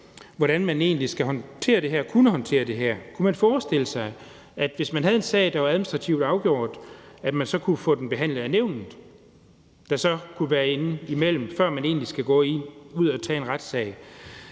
hvordan man egentlig kunne håndtere det her. Kunne man forestille sig, at hvis man havde en sag, der var administrativt afgjort, så kunne man få den behandlet af nævnet, der så kunne være inde imellem, før man egentlig skal gå ud at tage en retssag?